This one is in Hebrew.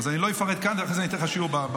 אני לא אפרט כאן, אחרי זה אני אתן לך שיעור בפרסה.